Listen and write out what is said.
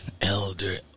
elder